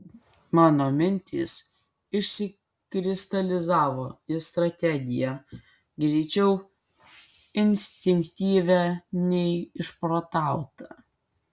mano mintys išsikristalizavo į strategiją greičiau instinktyvią nei išprotautą